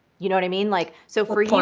you know what i mean? like so for you,